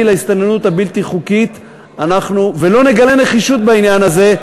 להסתננות הבלתי-חוקית ולא נגלה נחישות בעניין הזה,